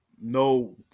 no